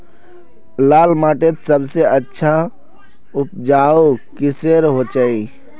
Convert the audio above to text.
लाल माटित सबसे अच्छा उपजाऊ किसेर होचए?